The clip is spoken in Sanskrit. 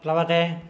प्लवते